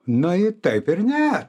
na i taip ir ne